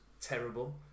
terrible